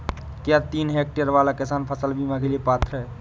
क्या तीन हेक्टेयर वाला किसान फसल बीमा के लिए पात्र हैं?